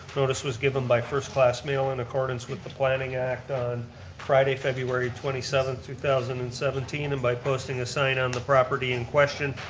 notice was given by first class mail in accordance with the planning act on friday, february twenty seven, two thousand and seventeen and by posting a sign on the property in question.